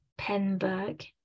Penberg